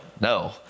no